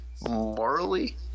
morally